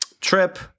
trip